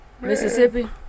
Mississippi